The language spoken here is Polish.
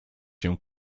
się